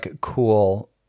cool